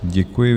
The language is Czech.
Děkuji.